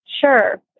Sure